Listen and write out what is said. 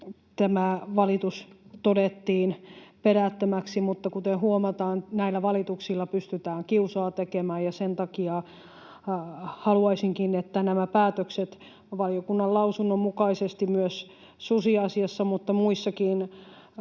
tämä valitus todettiin perättömäksi. Mutta kuten huomataan, näillä valituksilla pystytään kiusaa tekemään, ja sen takia haluaisinkin, että nämä päätökset valiokunnan lausunnon mukaisesti myös susiasiassa mutta muissakin